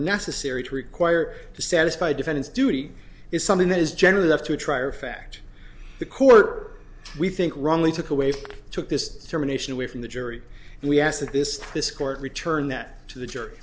necessary to require to satisfy defendant's duty is something that is generally left to try or fact the court we think wrongly took away took this germination away from the jury and we ask that this this court return that to the